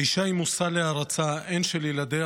האישה היא הן מושא להערצה של ילדיה,